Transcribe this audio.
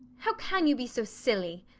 how can you be so silly?